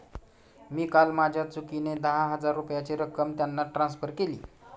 मी काल माझ्या चुकीने दहा हजार रुपयांची रक्कम त्यांना ट्रान्सफर केली